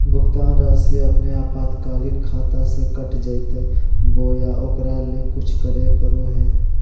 भुक्तान रासि अपने आपातकालीन खाता से कट जैतैय बोया ओकरा ले कुछ करे परो है?